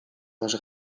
masz